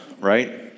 right